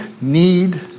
need